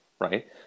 Right